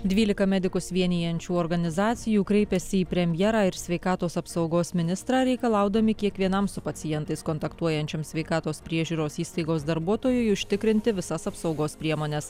dvylika medikus vienijančių organizacijų kreipėsi į premjerą ir sveikatos apsaugos ministrą reikalaudami kiekvienam su pacientais kontaktuojančiam sveikatos priežiūros įstaigos darbuotojui užtikrinti visas apsaugos priemones